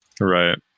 Right